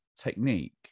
technique